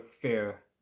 fair